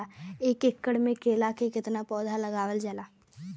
एक एकड़ में केला के कितना पौधा लगावल जाला?